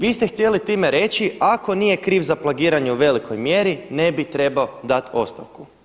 Vi ste htjeli time reći, ako nije kriv za plagiranje u velikoj mjeri, ne bi trebao dati ostavku.